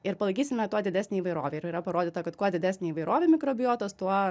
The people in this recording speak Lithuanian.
ir palaikysime tuo didesnę įvairovę ir yra parodyta kad kuo didesnė įvairovė mikrobiotos tuo